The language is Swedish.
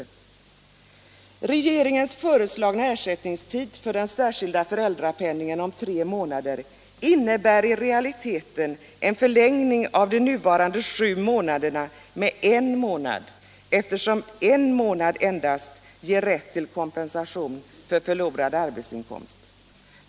Den av regeringen föreslagna ersättningstiden för den särskilda fötäldrapenningen om tre månader innebär i realiteten en förlängning av de nuvarande sju månaderna med en månad, eftersom endast en månad ger rätt till kompensation för förlorad arbetsinkomst.